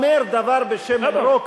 האומר דבר בשם אומרו,